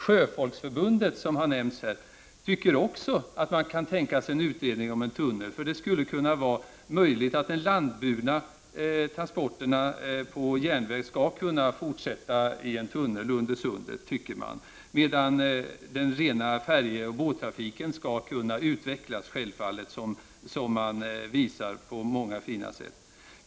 Sjöfolksförbundet kan också tänka sig en utredning om en tunnel. Därmed skulle de landburna transporterna på järnväg kunna fortsätta i en tunnel under sundet, medan den rena färjeoch båttrafiken självfallet skall utvecklas, vilket visas på många fina sätt.